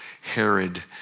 Herod